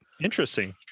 Interesting